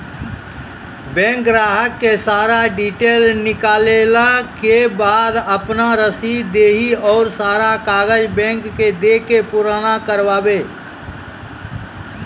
Bank ग्राहक के सारा डीटेल निकालैला के बाद आपन रसीद देहि और सारा कागज बैंक के दे के पुराना करावे?